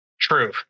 True